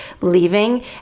leaving